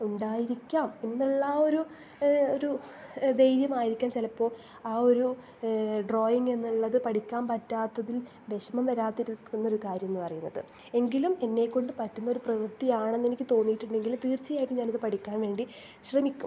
ഉണ്ടായിരിക്കാം എന്നുള്ള ആ ഒരു ഒരു ധൈര്യമായിരിക്കാം ചിലപ്പോൾ ആ ഒരു ഡ്രോയിങ്ങ് എന്നുള്ളത് പഠിക്കാൻ പറ്റാത്തതിൽ വിഷമം വരാതിരിക്കുന്ന ഒരു കാര്യം എന്ന് പറയുന്നത് എങ്കിലും എന്നെ കൊണ്ട് ചെയ്യാൻ പറ്റുന്നൊരു പ്രവൃത്തിയാണ് എന്നെനിക്ക് തോന്നിയിട്ടുണ്ടെങ്കിൽ തീർച്ചയായിട്ടും ഞാൻ അത് പഠിക്കാൻ വേണ്ടി ശ്രമിക്കും